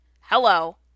Hello